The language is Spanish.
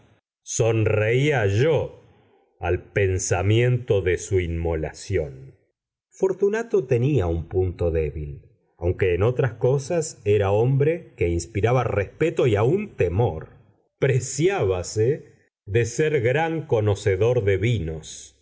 sonreía yo al pensamiento de su inmolación fortunato tenía un punto débil aunque en otras cosas era hombre que inspiraba respeto y aun temor preciábase de ser gran conocedor de vinos